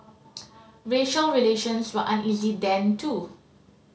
racial relations were uneasy then too